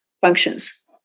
functions